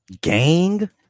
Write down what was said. gang